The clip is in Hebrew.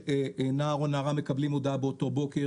שנער או נערה מקבלים הודעה באותו בוקר,